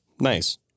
Nice